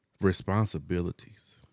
responsibilities